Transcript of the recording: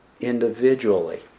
individually